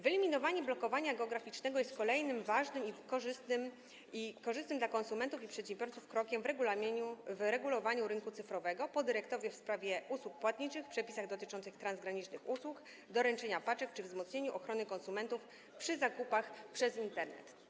Wyeliminowanie blokowania geograficznego jest kolejnym ważnym i korzystnym dla konsumentów i przedsiębiorców krokiem w regulowaniu rynku cyfrowego po dyrektywie w sprawie usług płatniczych, przepisach dotyczących transgranicznych usług, doręczania paczek czy wzmocnieniu ochrony konsumentów przy zakupach przez Internet.